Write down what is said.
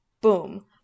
boom